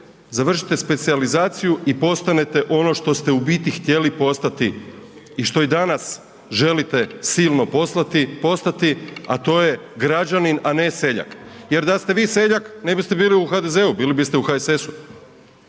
završite specijalizaciju i postanete ono što ste u biti htjeli postati i što i danas želite silno postati, a to je građanin a ne seljak, jer da ste vi seljak ne biste bili u HDZ-u bili biste u HSS-u,